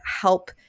help